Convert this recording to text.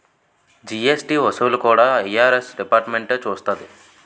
GST వసూళ్లు కూడా IRS డిపార్ట్మెంటే చూస్తాది